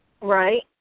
Right